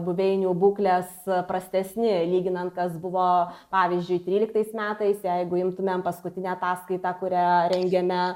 buveinių būklės prastesni lyginant kas buvo pavyzdžiui tryliktais metais jeigu imtumėm paskutinę ataskaitą kurią rengiame